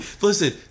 listen